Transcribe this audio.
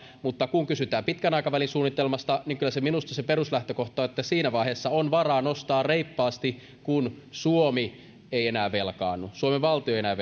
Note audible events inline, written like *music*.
vaikuttavat mutta kun kysytään pitkän aikavälin suunnitelmasta niin kyllä minusta se peruslähtökohta on että siinä vaiheessa on varaa nostaa reippaasti kun suomi ei enää velkaannu suomen valtio ei enää *unintelligible*